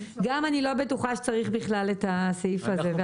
אני גם לא בטוחה שצריך את הסעיף הזה.